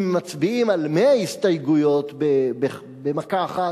אם מצביעים על 100 הסתייגויות במכה אחת,